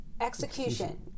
execution